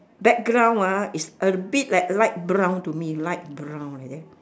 background ah is a bit like light brown to me light brown leh